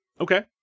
okay